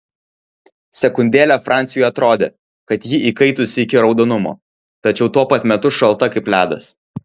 sekundėlę franciui atrodė kad ji įkaitusi iki raudonumo tačiau tuo pat metu šalta kaip ledas